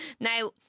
Now